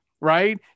right